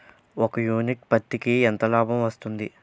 ఒక యూనిట్ పత్తికి ఎంత లాభం వస్తుంది?